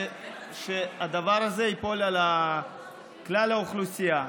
ושהדבר הזה ייפול על כלל האוכלוסייה.